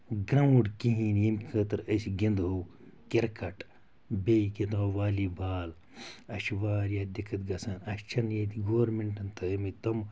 ground کِہیٖنۍ ییٚمہِ خٲطرٕ أسۍ گِنٛدہو کِرکَٹ بیٚیہِ گِنٛدہو والی بال اَسہِ چھِ وارِیاہ دِقت گژھان اَسہِ چھَنہٕ ییٚتہِ گورمٮ۪نٛٹَن تھٲمٕتۍ تم